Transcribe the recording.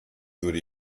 würde